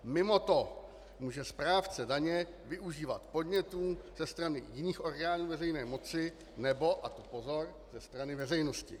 Mimoto může správce daně využívat podnětů ze strany jiných orgánů veřejné moci nebo a to pozor ze strany veřejnosti.